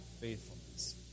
faithfulness